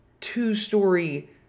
two-story